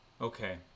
Okay